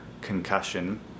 concussion